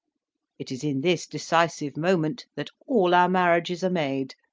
it is in this decisive moment that all our marriages are made.